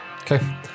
Okay